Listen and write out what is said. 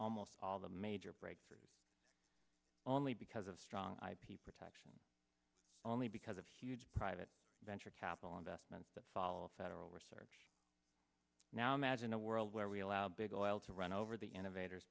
almost all the major breakthroughs only because of strong ip protection only because of huge private venture capital investments that follow federal research now imagine a world where we allow big oil to run over the innovators